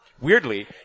weirdly